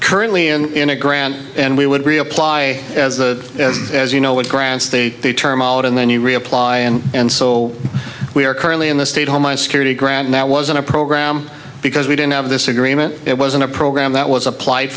currently in in a grant and we would reapply as the as you know what ground state they term all it and then you reapply and so we are currently in the state homeland security grant that was in a program because we didn't have this agreement it wasn't a program that was applied